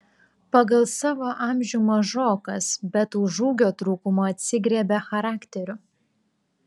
pagal savo amžių mažokas bet už ūgio trūkumą atsigriebia charakteriu